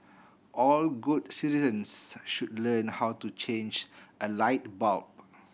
all good citizens should learn how to change a light bulb